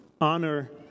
honor